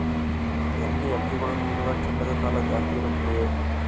NBFC ಗಳು ನೀಡುವ ಚಿನ್ನದ ಸಾಲ ಜಾಸ್ತಿ ಇರುತ್ತದೆಯೇ?